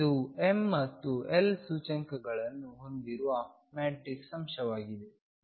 ಇದು m ಮತ್ತು l ಸೂಚ್ಯಂಕಗಳನ್ನು ಹೊಂದಿರುವ ಮ್ಯಾಟ್ರಿಕ್ಸ್ ಅಂಶವಾಗಿದೆ